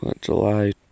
July